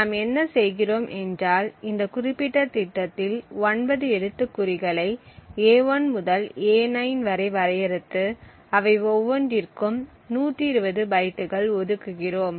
நாம் என்ன செய்கிறோம் என்றால் இந்த குறிப்பிட்ட திட்டத்தில் 9 எழுத்துக்குறிகளை a1 முதல் a9 வரை வரையறுத்து அவை ஒவ்வொன்றிற்கும் 120 பைட்டுகள் ஒதுக்குகிறோம்